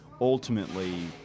ultimately